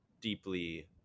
deeply